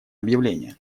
объявление